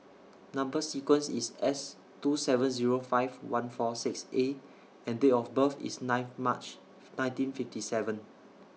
Number sequence IS S two seven Zero five one four six A and Date of birth IS ninth March nineteen fifty seven